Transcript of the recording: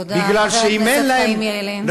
תודה, חבר הכנסת חיים ילין.